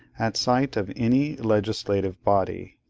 at sight of any legislative body.